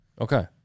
Okay